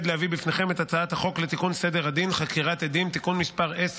פתרון למשכירי ושוכרי דירות באזורים מפונים,